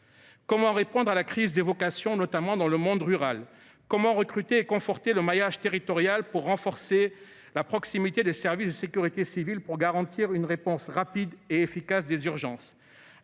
Comment répondre à la crise des vocations, notamment dans le monde rural ? Comment recruter et conforter le maillage territorial pour renforcer la proximité des services de sécurité civile et garantir une réponse rapide et efficace des urgences ?